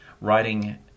writing